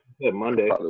Monday